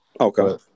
Okay